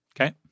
Okay